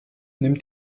nimmt